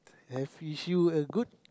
have you should a good